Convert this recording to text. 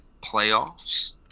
playoffs